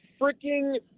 freaking